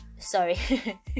sorry